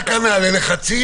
ללחצים?